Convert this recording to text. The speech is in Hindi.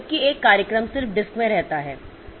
जबकि एक कार्यक्रम सिर्फ डिस्क में रहता है